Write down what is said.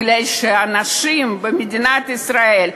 מכיוון שאנשים במדינת ישראל,